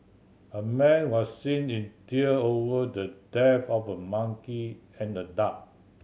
a man was seen in tear over the death of a monkey and a duck